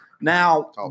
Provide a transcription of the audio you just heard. Now